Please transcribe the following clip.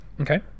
Okay